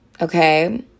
okay